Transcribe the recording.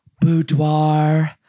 boudoir